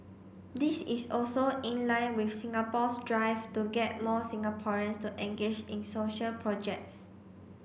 this is also in line with Singapore's drive to get more Singaporeans to engage in social projects